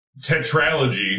tetralogy